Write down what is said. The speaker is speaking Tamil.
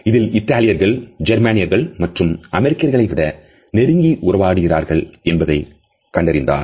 அதில் இத்தாலியர்கள் ஜெர்மானியர்கள் மற்றும் அமெரிக்கர்களை விட நெருங்கி உருவாகிறார்கள் என்பதை கண்டறிந்தார்